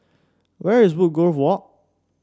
where is Woodgrove Walk